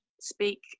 speak